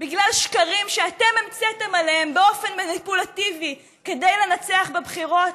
בגלל שקרים שאתם המצאתם עליהם באופן מניפולטיבי כדי לנצח בבחירות?